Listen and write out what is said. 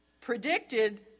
predicted